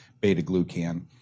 beta-glucan